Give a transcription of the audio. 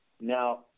Now